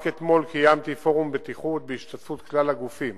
רק אתמול קיימתי פורום בטיחות בהשתתפות כלל הגופים